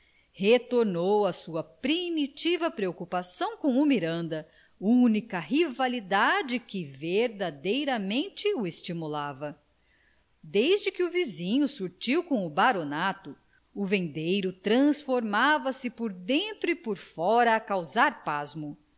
retornou à sua primitiva preocupação com o miranda única rivalidade que verdadeiramente o estimulava desde que o vizinho surgiu com o baronato o vendeiro transformava-se por dentro e por fora a causar pasmo